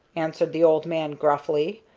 answered the old man, gruffly.